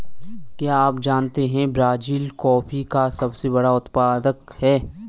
क्या आप जानते है ब्राज़ील कॉफ़ी का सबसे बड़ा उत्पादक है